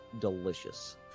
delicious